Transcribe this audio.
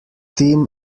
tim